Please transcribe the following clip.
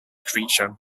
creature